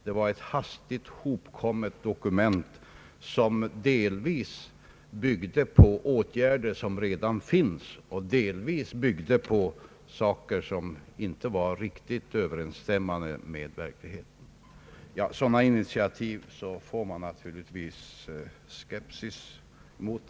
Det var ett hastigt hopkommet dokument som delvis byggde på redan vidtagna åtgärder och delvis byggde på sådant som inte riktigt överensstämde med verkligheten. Sådana initiativ blir man naturligtvis skeptisk emot.